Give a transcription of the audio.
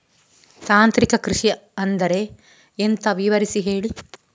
ತಾಂತ್ರಿಕ ಕೃಷಿ ಅಂದ್ರೆ ಎಂತ ವಿವರಿಸಿ ಹೇಳಿ